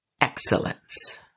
excellence